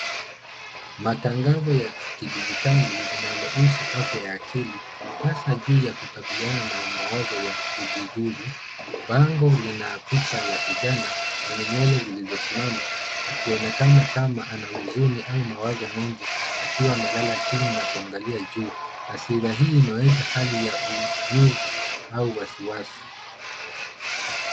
Matangazo ya kidigitali linalo husu afya ya kiakili hasa juu ya kukabiriana na mawazo ya kujidhuru. Bango lina picha la kijana mwenye nywele zilizo simama akionekana kama ana uzuni ama mawazo mengi akiwa amelala chini na kuangalia juu. Rasira hii inaonyesha hali ya unyovu au wasi wasi.